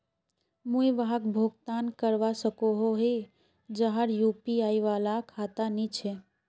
मुई वहाक भुगतान करवा सकोहो ही जहार यु.पी.आई वाला खाता नी छे?